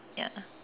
ya